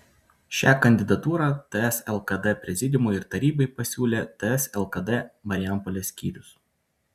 šią kandidatūrą ts lkd prezidiumui ir tarybai pasiūlė ts lkd marijampolės skyrius